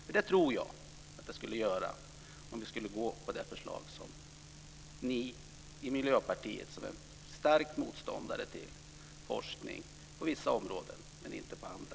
Jag tror att den skulle göra det om vi skulle stödja förslaget. Miljöpartiet är stark motståndare till forskning på vissa områden men inte på andra.